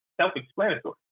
self-explanatory